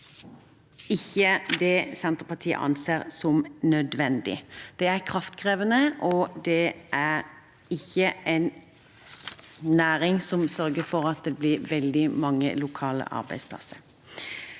ikke det Senterpartiet anser som nødvendig. Det er kraftkrevende, og det er ikke en næring som sørger for at det blir veldig mange lokale arbeidsplasser.